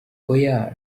oya